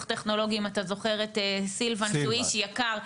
טכנולוגי אם אתה זוכר את סילבן שהוא איש יקר,